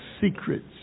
secrets